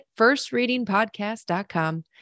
firstreadingpodcast.com